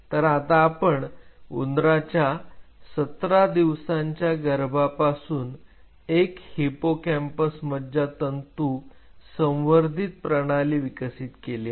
तर आता आपण उंदराच्या 17 दिवसांच्या गर्भापासून एक हिपोकॅम्पस मज्जातंतू संवर्धित प्रणाली विकसित केली आहे